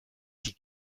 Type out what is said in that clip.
die